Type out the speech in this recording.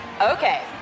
Okay